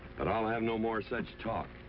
but i'll have no more such talk.